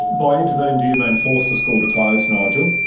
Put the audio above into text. by intervene do you mean force the school to close, nigel?